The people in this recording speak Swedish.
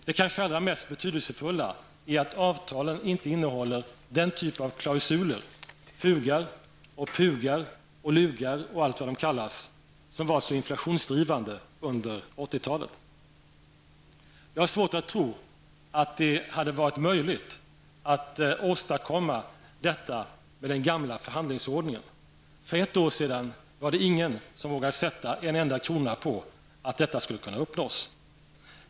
Det kanske allra mest betydelsefulla är att avtalen inte innehåller den typ av klausuler -- fugar, pugar, lugar och allt vad de kallas -- som var så inflationsdrivande under 80-talet. Jag har svårt att tro att det hade varit möjligt att åstadkomma detta med den gamla förhandlingsordningen. För ett år sedan var det ingen som hade vågat sätta en krona på att detta skulle kunna uppnås.